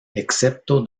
excepto